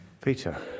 Peter